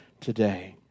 today